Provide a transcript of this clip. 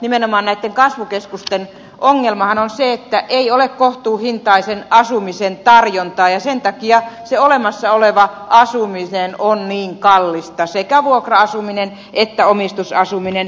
nimenomaan näiden kasvukeskusten ongelmahan on se että ei ole kohtuuhintaisen asumisen tarjontaa ja sen takia se olemassa oleva asuminen on niin kallista sekä vuokra asuminen että omistusasuminen